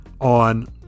on